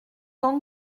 ans